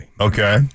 Okay